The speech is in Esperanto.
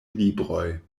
libroj